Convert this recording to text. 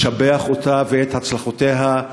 לשבח אותה ואת הצלחותיה,